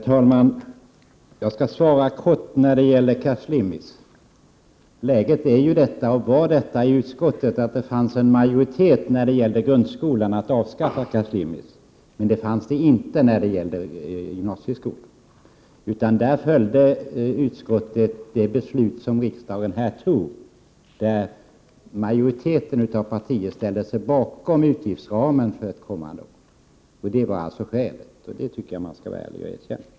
Herr talman! Jag skall svara kortfattat när det gäller cash limit. Läget i utskottet var och är att det finns en majoritet när det gäller att avskaffa cash limit på grundskolan. Det fanns det emellertid inte när det gäller gymnasieskolan, utan där följde utskottet det beslut som riksdagen har fattat, där majoriteten av partierna ställde sig bakom utgiftsramen för ett kommande år. Det var alltså skälet, och det tycker jag att man skall vara ärlig nog att erkänna.